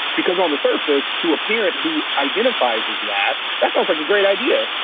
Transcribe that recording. because on the surface, to a parent who identifies as that, that sounds like a great idea.